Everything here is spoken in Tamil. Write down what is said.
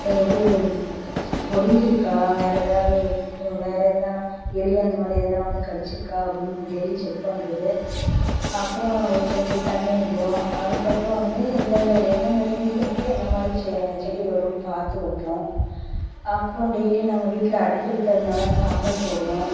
இது ஒடைஞ்சிருக்கா வேறே ஏதாவது வேறே எதனா எலி அந்த மாதிரி எதனா வந்து கடித்திருக்கா அப்படினு டெயிலி செக் பண்றது அப்புறம் அதுக்கு வந்து தண்ணி விட்றோம் அதுக்கப்புறம் வந்து இந்தெந்த எந்தெந்த சீசனுக்கு எந்த மாதிரி செ செடி வருன்னு பார்த்து வைப்போம் அப்றம் டெய்லி நாங்கள் வீட்டில் அடுப்பெரிக்கிறனால் சாம்பல் போடுவோம்